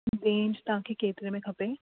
range तव्हांखे केतिरे में खपे